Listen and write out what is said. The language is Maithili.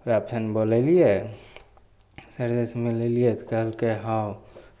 ओकरा फेन बोलेलियै सरजीसँ मिलेलियै तऽ कहलकय हँ